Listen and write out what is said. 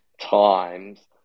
times